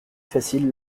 facile